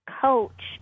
coach